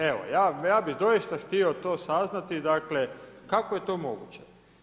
Evo ja bih doista htio to saznati dakle, kako je to moguće?